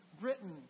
Britain